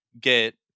get